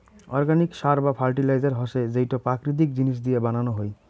organic সার বা fertiliser হসে যেইটো প্রাকৃতিক জিনিস দিয়া বানানো হই